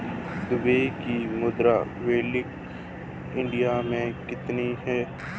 Dubai की मुद्रा value India मे कितनी है?